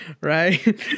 right